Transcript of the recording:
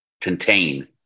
contain